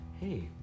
Hey